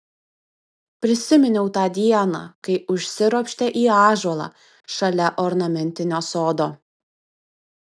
prisiminiau tą dieną kai užsiropštė į ąžuolą šalia ornamentinio sodo